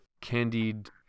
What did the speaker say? candied